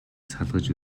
салгаж